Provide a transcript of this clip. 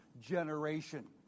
generation